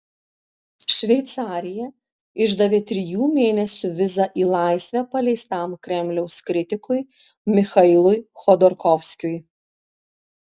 šveicarija išdavė trijų mėnesių vizą į laisvę paleistam kremliaus kritikui michailui chodorkovskiui